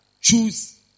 Choose